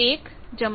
VSWR 1